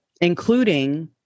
including